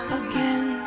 again